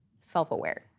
self-aware